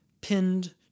pinned